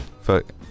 Fuck